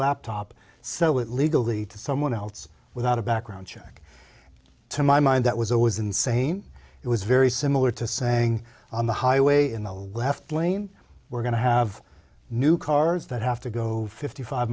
laptop so it legally to someone else without a background check to my mind that was always insane it was very similar to saying on the highway in the left lane we're going to have new cars that have to go fifty five